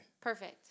Perfect